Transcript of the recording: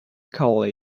carley